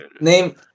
name